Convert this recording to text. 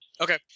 Okay